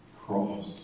cross